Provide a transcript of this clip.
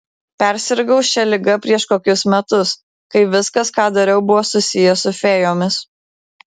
persirgau šia liga prieš kokius metus kai viskas ką dariau buvo susiję su fėjomis